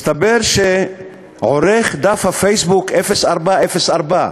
מסתבר שעורך דף הפייסבוק 0404,